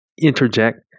interject